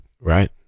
Right